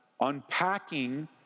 unpacking